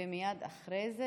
ומייד אחרי זה,